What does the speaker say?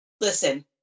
listen